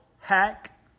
Hack